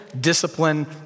discipline